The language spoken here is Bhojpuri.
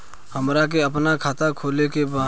हमरा के अपना खाता खोले के बा?